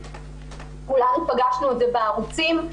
אולי פגשנו את זה בערוצים,